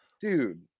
Dude